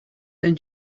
then